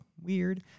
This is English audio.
weird